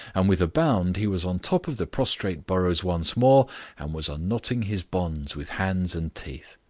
and with a bound he was on top of the prostrate burrows once more and was unknotting his bonds with hands and teeth.